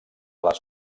les